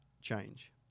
change